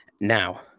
Now